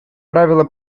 правила